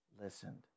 listened